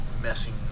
messing